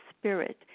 Spirit